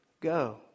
Go